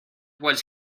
was